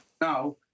now